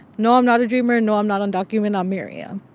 no, i'm not a dreamer. no, i'm not undocumented. i'm miriam